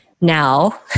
now